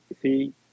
see